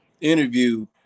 interview